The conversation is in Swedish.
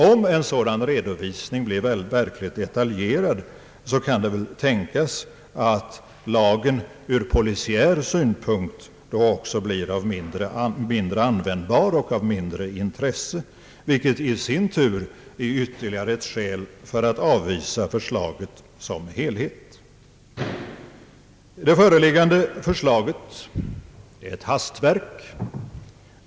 Om en sådan redovisning blev verkligt detaljerad, kan det väl tänkas att lagen ur polisiär synpunkt också blir mindre användbar och av mindre intresse, vilket i sin tur är ytterligare ett skäl för att avvisa förslaget som helhet. Det föreliggande förslaget är ett hastverk.